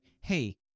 hey